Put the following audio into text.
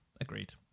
agreed